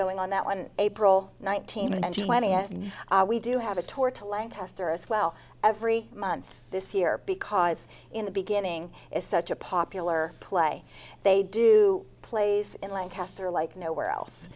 going on that one april nineteenth and twentieth and we do have a tour to lancaster as well every month this year because in the beginning is such a popular play they do plays in lancaster like nowhere else